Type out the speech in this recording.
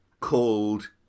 called